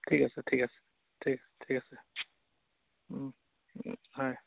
ঠিক আছে ঠিক আছে ঠিক আছে ঠিক আছে হয়